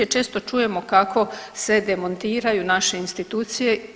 Često čujemo kako se demontiraju naše institucije.